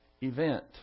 event